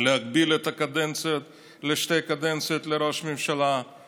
להגביל את הכהונה של ראש ממשלה לשתי קדנציות.